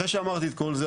אחרי שאמרתי את כל זה,